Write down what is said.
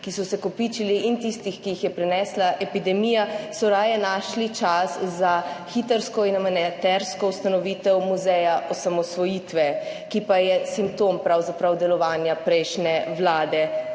ki so se kopičili, in tistih, ki jih je prinesla epidemija, so raje našli čas za hitrsko in amatersko ustanovitev muzeja osamosvojitve, ki pa je pravzaprav simptom delovanja prejšnje vlade.